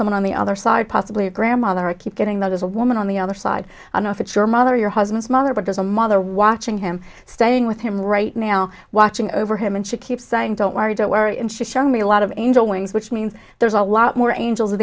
someone on the other side possibly a grandmother i keep getting that is a woman on the other side i know if it's your mother or your husband's mother but there's a mother watching him staying with him right now watching over him and she keeps saying don't worry don't worry and she's showing me a lot of angel wings which means there's a lot more angels